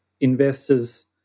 investors